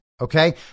okay